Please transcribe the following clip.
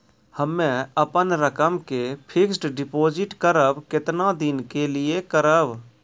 हम्मे अपन रकम के फिक्स्ड डिपोजिट करबऽ केतना दिन के लिए करबऽ?